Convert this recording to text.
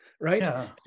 right